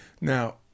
Now